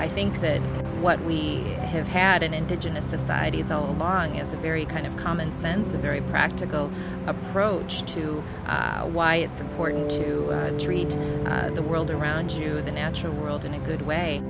i think that what we have had in indigenous societies all along is a very kind of common sense a very practical approach to why it's important to treat the world around you the natural world in a good way